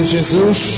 Jesus